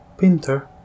Pinter